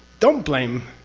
don't blame.